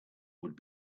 would